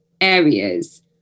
areas